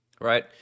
right